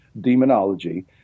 demonology